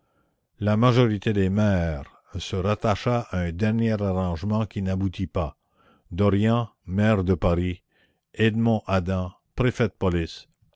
la majorité des maires se rattacha à un dernier arrangement qui n'aboutit pas dorian maire de paris edmond adam préfet de police